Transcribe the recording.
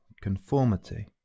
conformity